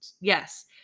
Yes